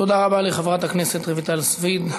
תודה רבה לחברת הכנסת רויטל סויד.